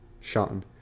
Sean